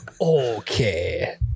Okay